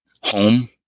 home